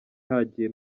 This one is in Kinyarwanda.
hagiye